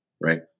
right